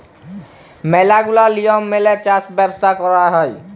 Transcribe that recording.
ম্যালা গুলা লিয়ম মেলে চাষ বাস কয়রা হ্যয়